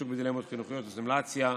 עיסוק בדילמות חינוכיות וסימולציה.